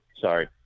Sorry